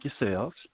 yourselves